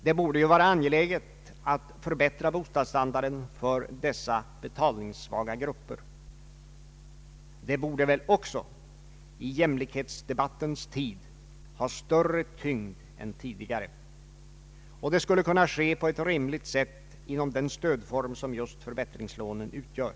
Det borde väl vara angeläget att förbättra bostadsstandarden för dessa betalningssvaga grupper. Kravet borde väl också i denna jämlikhetsdebattens tid ha större tyngd än tidigare, och det skulle kunna tillgodoses på ett rimligt sätt inom den stödform som just förbättringslånen utgör.